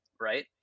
right